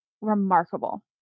remarkable